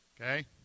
okay